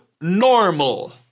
normal